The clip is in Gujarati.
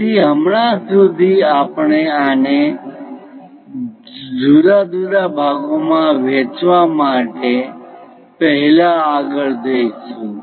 તેથી હમણાં સુધી આપણે આને જુદા જુદા ભાગોમાં વહેંચવા માટે પહેલા આગળ જઈશું